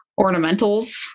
ornamentals